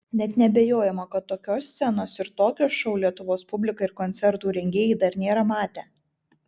net neabejojama kad tokios scenos ir tokio šou lietuvos publika ir koncertų rengėjai dar nėra matę